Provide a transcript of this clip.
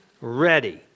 ready